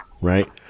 right